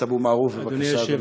חבר הכנסת אבו מערוף, בבקשה, אדוני.